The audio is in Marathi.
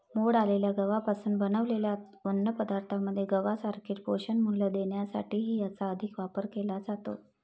मोड आलेल्या गव्हापासून बनवलेल्या अन्नपदार्थांमध्ये गव्हासारखेच पोषणमूल्य देण्यासाठीही याचा अधिक वापर केला जातो